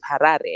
Harare